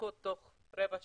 שהבדיקות תוך רבע שעה,